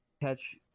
catch